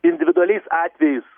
individualiais atvejais